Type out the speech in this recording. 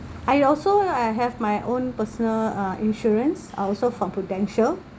I also I have my own personal uh insurance uh also from prudential